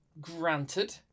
granted